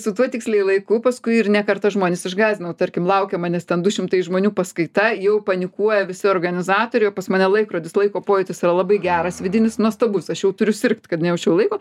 su tuo tiksliai laiku paskui ir ne kartą žmones išgąsdinau tarkim laukia manęs ten du šimtai žmonių paskaita jau panikuoja visi organizatoriai o pas mane laikrodis laiko pojūtis yra labai geras vidinis nuostabus aš jau turiu sirgt kad nejausčiau laiko